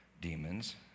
demons